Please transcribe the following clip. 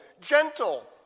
gentle